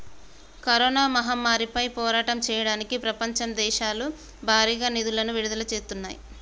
corona మహమ్మారిపై పోరాటం చెయ్యడానికి ప్రపంచ దేశాలు భారీగా నిధులను విడుదల చేత్తన్నాయి